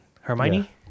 Hermione